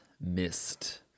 missed